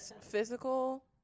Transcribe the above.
physical